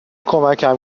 کمکم